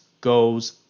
goes